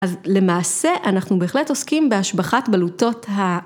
‫אז למעשה אנחנו בהחלט עוסקים ‫בהשבחת בלוטות ה...